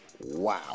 wow